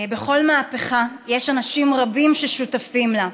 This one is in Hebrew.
בכל מהפכה יש אנשים רבים ששותפים לה.